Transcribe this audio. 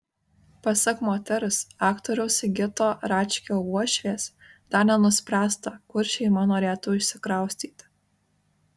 pasak moters aktoriaus sigito račkio uošvės dar nenuspręsta kur šeima norėtų išsikraustyti